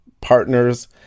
partners